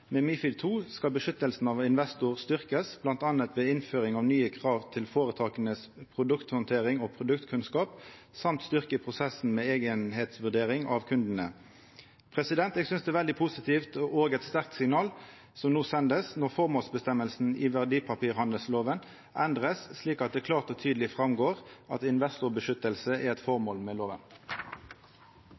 Med MiFID II skal beskyttelsen av investor styrkjast, bl.a. ved innføring av nye krav til produkthandteringa og produktkunnskapen i føretaka, og ein skal òg styrkja prosessen med eignaheitsvurdering av kundane. Eg synest det er veldig positivt – og òg eit sterkt signal som no blir sendt – at formålsføresegna i verdipapirhandelloven blir endra, slik at det klart og tydeleg går fram at investorbeskyttelse er eit formål med loven.